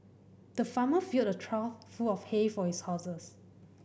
the farmer filled a trough full of hay for his horses